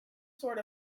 sort